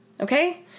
okay